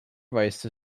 rice